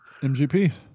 MGP